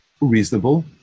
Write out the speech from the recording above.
reasonable